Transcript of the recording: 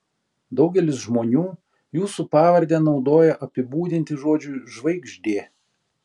daugelis žmonių jūsų pavardę naudoja apibūdinti žodžiui žvaigždė